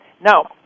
Now